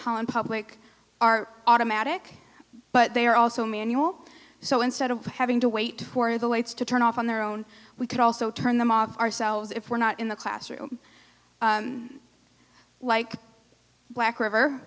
holland public are automatic but they are also manual so instead of having to wait for the lights to turn off on their own we could also turn them off ourselves if we're not in the classroom like black river